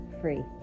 free